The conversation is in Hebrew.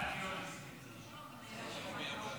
להעביר את הצעת חוק לתיקון פקודת הבנקאות